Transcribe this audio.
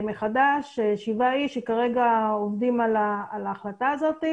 שבעה אנשים שכרגע עובדים על ההחלטה הזאת.